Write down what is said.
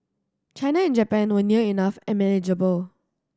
China and Japan were near enough and manageable